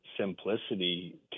simplicity